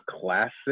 classic